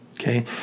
Okay